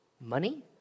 money